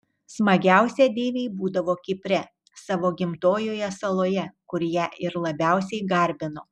smagiausia deivei būdavo kipre savo gimtojoje saloje kur ją ir labiausiai garbino